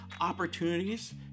opportunities